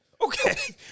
Okay